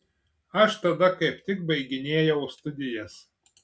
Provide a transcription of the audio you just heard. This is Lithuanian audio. aš tada kaip tik baiginėjau studijas